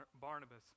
Barnabas